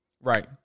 Right